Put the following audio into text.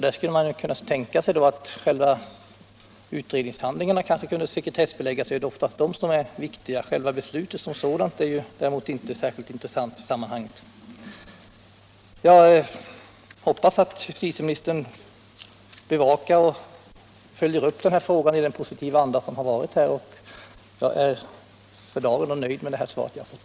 Man skulle kunna tänka sig att själva utredningshandlingarna sekretessbelades, eftersom det oftast är de som är känsliga. Beslutet som sådant är däremot inte särskilt intressant i sammanhanget. Jag hoppas att justitieministern bevakar och följer upp denna fråga i den positiva anda som han har berört den här. Jag är för dagen nöjd med det svar som jag har fått.